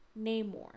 Namor